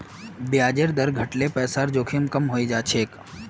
ब्याजेर दर घट ल पैसार जोखिम कम हइ जा छेक